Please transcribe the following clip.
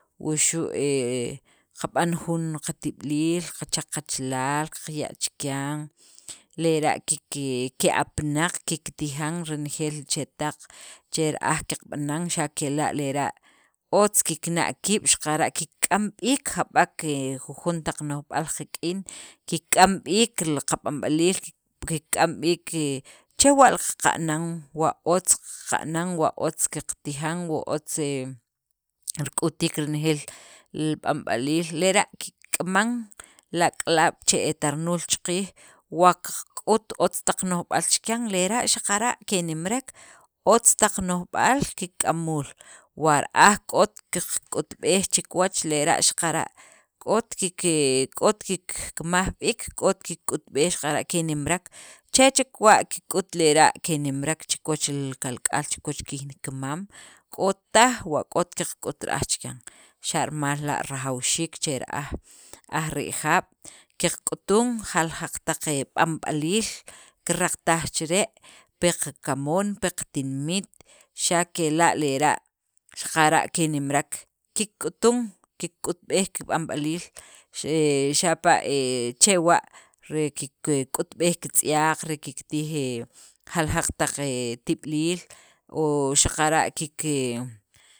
Wuxu' he qab'an jun qatib'iliil qachak qachalaal qaya' chikyan, lera' kiki ke'apanaq kiktijan renejeel li chetaq che ra'aj qab'anan, xa' kela' lera' otz kikna' kiib' xaqara' kikk'am b'iik jab'ek he jujon taq no'jb'aal qak'in, kikk'a b'iik li qab'amb'aliil, kikk'am b'iik he chewa' qa'nan, wa otz qa'nan, wa otz qatija'n, wa otz he rik'utiik renejeel qab'anb'aliil, lera' kikk'amam li ak'alaab' che e tarnuul chaqiij wa qak'ut otz taq no'jb'aal chikyan lera' xaqara' kenimrek otz taq no'jb'al kikk'amuul, wa ra'aj k'ot qak'utb'ej chikiwach lera' xaqara' k'ot kike k'ot kikmaj b'iik k'ot kikk'utb'ej xaqara' kenimrek chechek wa' kik'ut' lera' kenimrek, chi kiwach kalk'al chi kiwach kiykimam, ¡K'o taj wa k'ot qak'ut ra'aj chikyan!, xa' rimal la' rajawxiik che ra'aj aj rijab' qak'utun jaljaq taq he b'anb'aliil kiraqtaj chire' pi qakamoon, pi qatinimet, xa' kela' lera' xaqara' kenimrek kikk'uton, kikk'utb'ej kib'anb'aliil, he xapa' he, chewa' re kiki kikk'utb'ej qatz'yaq re kiktij he jaljaq taq he tib'iliil o xaqara' kike.